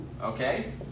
okay